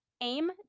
Aim